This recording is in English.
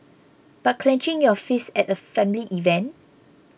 but clenching your fists at a family event